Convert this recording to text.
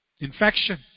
infection